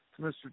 Mr